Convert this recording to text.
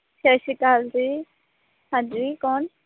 ਸਤਿ ਸ਼੍ਰੀ ਅਕਾਲ ਜੀ ਹਾਂਜੀ ਕੌਣ